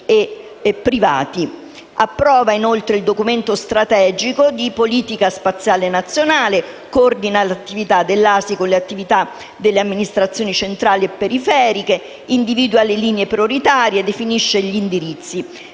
Comitato approva inoltre il documento strategico di politica spaziale nazionale, coordina l'attività dell'ASI con le attività delle amministrazioni centrali e periferiche, individua le linee prioritarie, definisce gli indirizzi